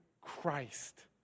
Christ